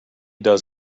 does